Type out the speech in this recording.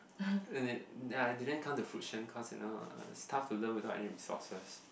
and it ya didn't come to fruition cause you know uh it's tough to learn without any resources